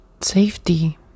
safety